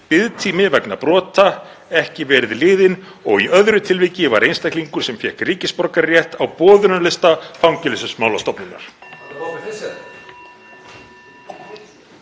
biðtími vegna brota ekki verið liðinn og í öðru tilviki var einstaklingur sem fékk ríkisborgararétt á boðunarlista Fangelsismálastofnunar“